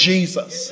Jesus